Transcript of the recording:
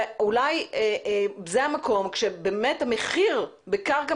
אולי זה המקום כאשר באמת המחיר בקרקע